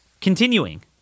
Continuing